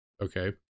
Okay